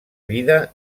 vida